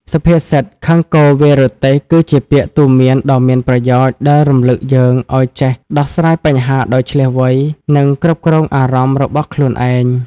សុភាសិត «ខឹងគោ វាយរទេះ» គឺជាពាក្យទូន្មានដ៏មានប្រយោជន៍ដែលរំលឹកយើងឲ្យចេះដោះស្រាយបញ្ហាដោយឈ្លាសវៃ និងគ្រប់គ្រងអារម្មណ៍របស់ខ្លួនឯង។